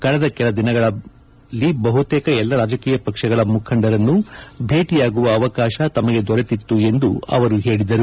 ಕಳೆದ ಕೆಲ ದಿನಗಳಲ್ಲಿ ಬಹುತೇಕ ಎಲ್ಲ ರಾಜಕೀಯ ಪಕ್ಷಗಳ ಮುಖಂಡರನ್ನು ಭೇಟಿಯಾಗುವ ಅವಕಾಶ ತಮಗೆ ದೊರೆತಿತ್ತು ಎಂದು ಅವರು ಹೇಳಿದರು